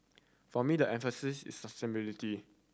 for me the emphasis is sustainability